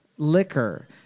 Liquor